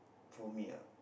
for me ah